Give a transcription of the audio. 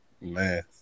man